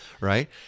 Right